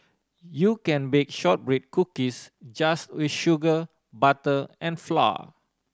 you can bake shortbread cookies just with sugar butter and flour